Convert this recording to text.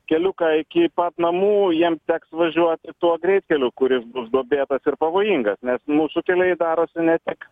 keliuką iki pat namų jiems teks važiuoti tuo greitkeliu kuris bus duobėtas ir pavojingas nes mūsų keliai darosi ne tik